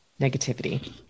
negativity